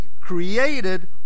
created